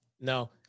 No